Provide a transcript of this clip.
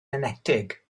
enetig